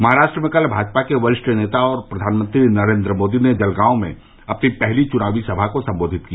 महाराष्ट्र में कल भाजपा के वरिष्ठ नेता और प्रधानमंत्री नरेन्द्र मोदी ने जलगांव में अपनी पहली चुनावी सभा को संबोधित किया